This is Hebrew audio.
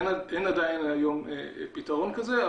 אין עדיין היום פתרון כזה,